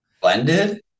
blended